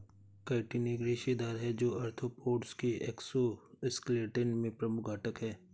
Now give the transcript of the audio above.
chitin एक रेशेदार है, जो आर्थ्रोपोड्स के एक्सोस्केलेटन में प्रमुख घटक है